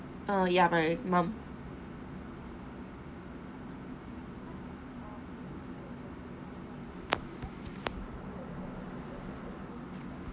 oh ya my mum